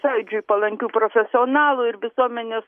sąjūdžiui palankių profesionalų ir visuomenės